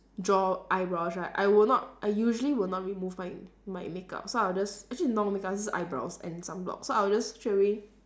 draw eyebrows right I will not I usually will not remove my my makeup so I'll just actually it's not makeup it's just eyebrows and sunblock so I'll just straightaway